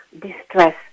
distress